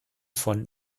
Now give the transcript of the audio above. von